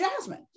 jasmine